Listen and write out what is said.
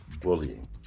bullying